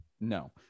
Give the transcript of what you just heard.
No